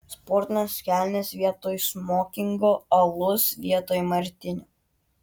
sportinės kelnės vietoj smokingo alus vietoj martinio